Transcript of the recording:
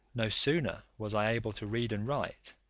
no sooner was i able to read and write,